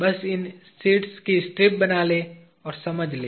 बस इन शीट्स की स्ट्रिप बना लें और समझ लें